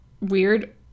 weird